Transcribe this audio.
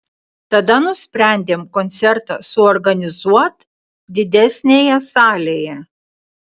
tada nusprendėm koncertą suorganizuot didesnėje salėje